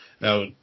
Now